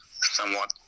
somewhat